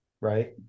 right